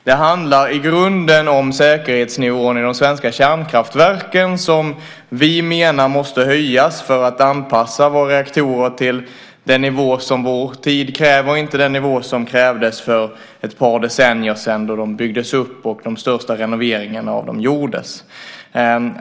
Det handlar i grunden om säkerhetsnivån i de svenska kärnkraftverken, som vi menar måste höjas för att anpassa våra reaktorer till den nivå som vår tid kräver, och inte den nivå som krävdes för ett par decennier sedan då de byggdes upp och de största renoveringarna av dem gjordes.